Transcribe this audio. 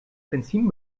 benzin